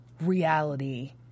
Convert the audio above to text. reality